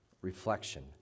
reflection